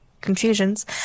confusions